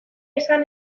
esan